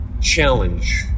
challenge